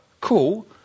cool